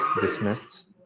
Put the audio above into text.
dismissed